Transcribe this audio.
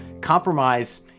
compromise